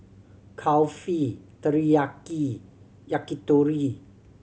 Kulfi Teriyaki Yakitori